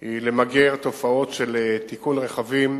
הוא למגר תופעות של תיקון רכבים